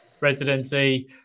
residency